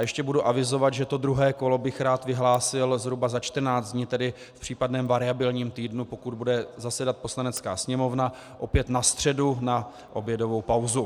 Ještě budu avizovat, že druhé kolo bych rád vyhlásil zhruba za 14 dní, tedy v případném variabilním týdnu, pokud bude zasedat Poslanecká sněmovna, opět na středu na obědovou pauzu.